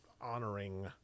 honoring